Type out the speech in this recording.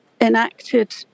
enacted